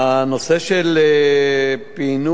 הנושא של פענוח